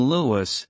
Lewis